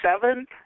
seven